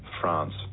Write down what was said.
France